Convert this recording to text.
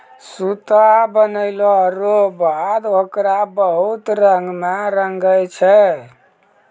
सूता बनलो रो बाद होकरा बहुत रंग मे रंगै छै